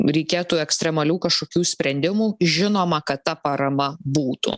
reikėtų ekstremalių kažkokių sprendimų žinoma kad ta parama būtų